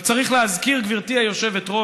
רק צריך להזכיר, גברתי היושבת-ראש,